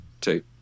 two